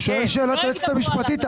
הוא שואל שאלה את היועצת המשפטית,